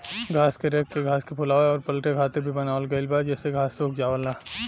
घास के रेक के घास के फुलावे अउर पलटे खातिर भी बनावल गईल बा जेसे घास सुख जाओ